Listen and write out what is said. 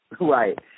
Right